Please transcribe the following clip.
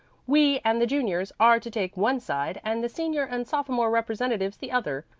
we and the juniors are to take one side, and the senior and sophomore representatives the other.